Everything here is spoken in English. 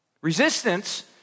Resistance